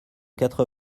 quatre